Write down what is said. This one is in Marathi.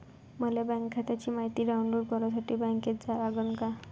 मले बँक खात्याची मायती डाऊनलोड करासाठी बँकेत जा लागन का?